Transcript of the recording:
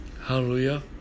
Hallelujah